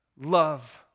love